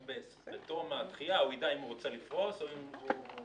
רק בתום הדחייה הוא יידע אם הוא רוצה לפרוס או אם הוא רוצה